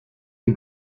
des